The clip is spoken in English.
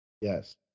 Yes